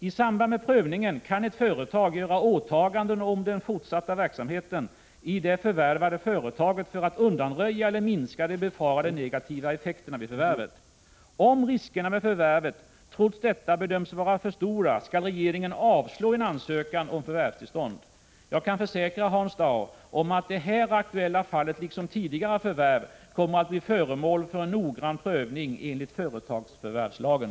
I samband med prövningen kan ett företag göra åtaganden om den fortsatta verksamheten i det förvärvade 67 företaget för att undanröja eller minska de befarade negativa effekterna vid förvärvet. Om riskerna med förvärvet trots detta bedöms vara för stora, skall regeringen avslå en ansökan om förvärvstillstånd. Jag kan försäkra Hans Dau om att det här aktuella fallet liksom tidigare förvärv kommer att bli föremål för en noggrann prövning enligt företagsförvärvslagen.